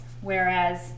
whereas